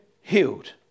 healed